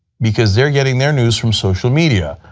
because they are getting their news from social media.